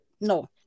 no